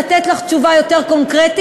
לתת לך תשובה יותר קונקרטית,